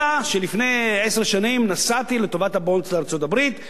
מצא שלפני עשר שנים נסעתי לטובת "הבונדס" לארצות-הברית,